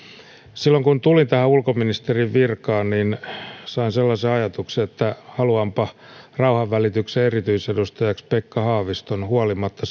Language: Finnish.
silloin kun tulin tähän ulkoministerin virkaan sain sellaisen ajatuksen että haluanpa rauhanvälityksen erityisedustajaksi pekka haaviston huolimatta